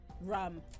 rum